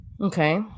Okay